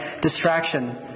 distraction